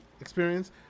experience